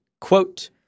quote